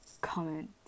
comment